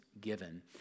given